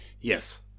yes